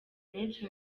benshi